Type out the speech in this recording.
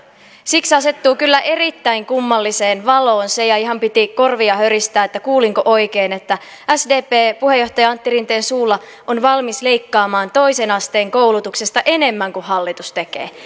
siksi asettuu kyllä erittäin kummalliseen valoon se ja ihan piti korvia höristää että kuulinko oikein että sdp puheenjohtaja antti rinteen suulla on valmis leikkaamaan toisen asteen koulutuksesta enemmän kuin hallitus tekee